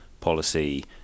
policy